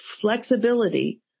flexibility